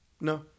No